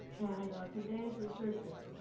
and today's researchers,